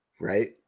right